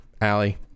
Allie